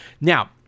Now